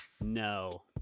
no